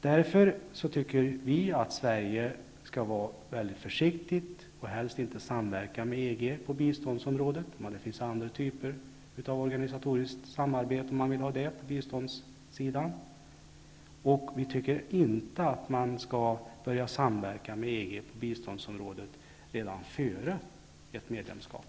Därför tycker vi att Sverige skall vara försiktigt och inte samverka med EG på biståndsområdet. Det finns andra typer av samarbete på biståndssidan om man vill ha det. Vi tycker inte att man skall börja samverka med EG på biståndsområdet redan före ett medlemskap.